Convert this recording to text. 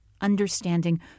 understanding